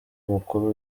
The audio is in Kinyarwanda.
umukuru